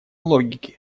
логике